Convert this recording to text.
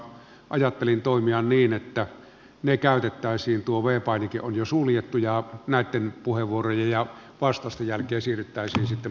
ajattelin toimia niin että ne käytettäisiin tuo v painike on jo suljettu ja näitten puheenvuorojen ja vastausten jälkeen siirryttäisiin sitten puhujalistaan